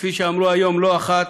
כפי שאמרו היום לא אחת,